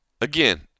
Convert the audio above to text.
again